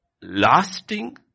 lasting